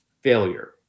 failure